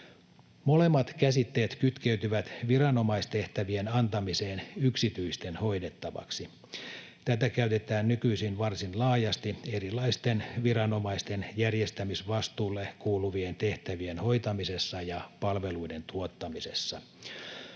Molemmat käsitteet kytkeytyvät viranomaistehtävien antamiseen yksityisten hoidettavaksi. Tätä käytetään nykyisin varsin laajasti erilaisten viranomaisten järjestämisvastuulle kuuluvien tehtävien hoitamisessa ja palveluiden tuottamisessa.